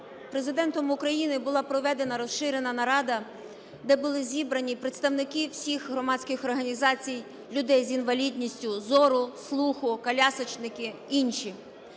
Президентом України була проведена розширена нарада, де були зібрані представники всіх громадських організацій людей з інвалідністю зору, слуху, колясочники, інші,